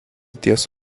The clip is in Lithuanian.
ties